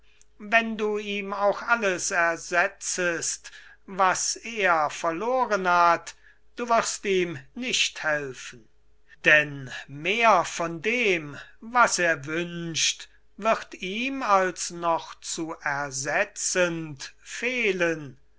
wenn du ihm auch alles ersetzest was er verloren hat du wirst ihm nicht helfen denn mehr von dem was er wünscht wird ihm als noch zu ersetzend fehlen